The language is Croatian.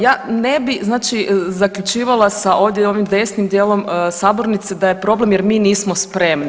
Ja ne bih, znači zaključivala sa ovdje ovim desnim dijelom sabornice da je problem jer mi nismo spremni.